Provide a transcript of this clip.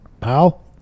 pal